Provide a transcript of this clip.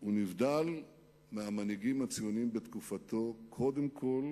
הוא נבדל מהמנהיגים הציונים בתקופתו קודם כול